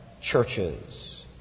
churches